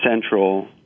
central